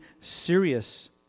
serious